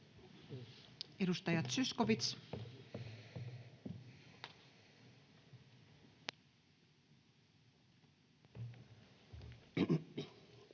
Edustaja Zyskowicz.